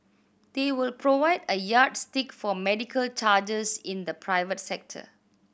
they will provide a yardstick for medical charges in the private sector